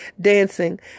dancing